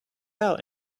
out